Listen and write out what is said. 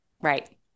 Right